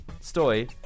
Stoy